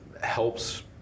helps